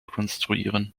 konstruieren